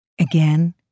Again